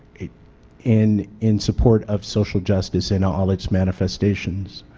in in support of social justice in all its manifestations.